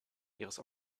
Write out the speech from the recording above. ihres